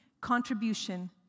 contribution